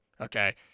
okay